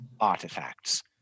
artifacts